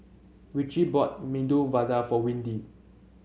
Richie bought Medu Vada for Windy